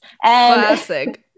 Classic